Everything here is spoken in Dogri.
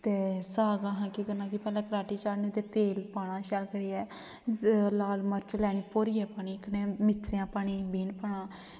ते साग असें केह् करना की पैह्ले कड़ाटी चाढ़नी ते फ्ही तेल पाना शैल करियै ते लाल मर्च पानी भौरियै ते कन्नै मेथरें दा पानी पाना